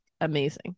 amazing